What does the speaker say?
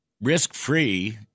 risk-free